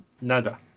nada